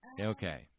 Okay